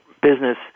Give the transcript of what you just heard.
business